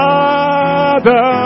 Father